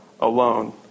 alone